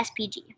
SPG